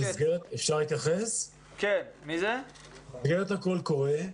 יש קול קורא.